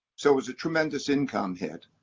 so it was a tremendous income hit.